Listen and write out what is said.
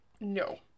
no